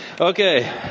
Okay